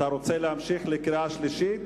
אתה רוצה להמשיך לקריאה שלישית?